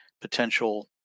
potential